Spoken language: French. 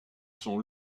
son